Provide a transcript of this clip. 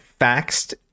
faxed